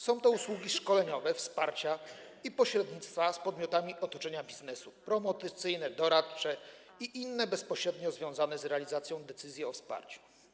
Są to usługi szkoleniowe, wsparcia i pośrednictwa z podmiotami otoczenia biznesu: promocyjne, doradcze i inne bezpośrednio związane z realizacją decyzji o wsparciu.